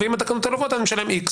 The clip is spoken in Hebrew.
ואם התקנות האלו עוברות אני משלם X?